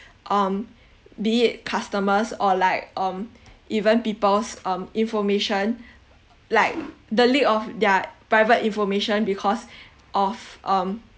um be it customers or like um even people's um information like the leak of their private information because of um